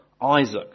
Isaac